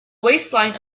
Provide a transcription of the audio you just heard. waistline